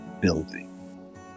building